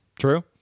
True